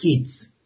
kids